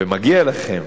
ומגיע לכם.